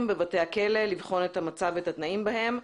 בבתי הכלא לבחון את המצב ואת התנאים בהם,